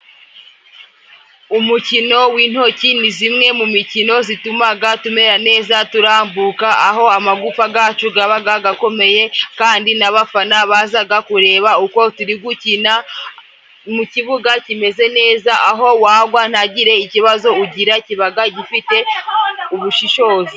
umukino w'intoki ni zimwe mu mikino zitumaga tumera neza turambuka aho amagufa gacu gabaga gakomeye kandi n'abafana bazaga kureba uko turi gukina mu kibuga kimeze neza aho wagwa ntagire ikibazo ugira kibaga gifite ubushishozi